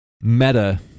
meta